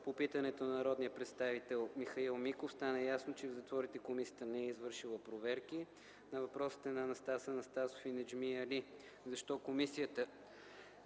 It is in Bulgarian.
По питането на народния представител Михаил Миков, стана ясно, че в затворите Комисията не е извършвала проверки. На въпросите на господин Анастас Анастасов и господин Неджми Али, защо комисията,